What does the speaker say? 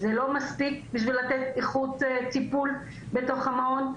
זה לא מספיק בשביל לתת איכות טיפול בתוך המעון.